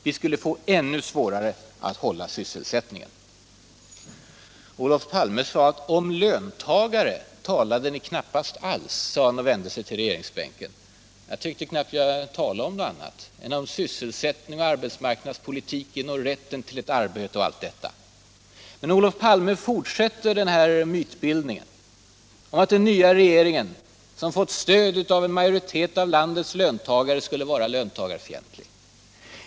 Vi skulle få ännu svårare att hålla sysselsättningen. Om löntagare talade ni knappast alls, sade Olof Palme och vände sig till regeringsbänken. Jag tyckte att jag knappast talade om någonting annat än sysselsättning, arbetsmarknadspolitik och rätten till arbete. Men Olof Palme fortsätter mytbildningen om att den nya regeringen, som har fått stöd av en majoritet av landets löntagare, skulle vara löntagarfientlig.